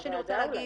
מה שאני רוצה להגיד,